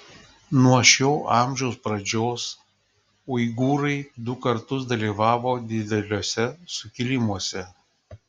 nuo šio amžiaus pradžios uigūrai du kartus dalyvavo dideliuose sukilimuose